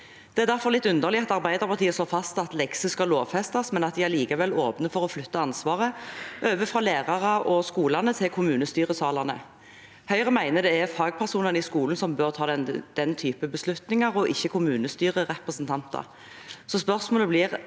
Det er derfor litt underlig at Arbeiderpartiet slår fast at lekser skal lovfestes, men at de likevel åpner for å flytte ansvaret fra lærerne og skolene til kommunestyresalene. Høyre mener det er fagpersonene i skolen som bør ta den typen beslutninger og ikke kommunestyrerepresentanter. Spørsmålet blir: